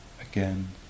again